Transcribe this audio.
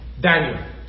Daniel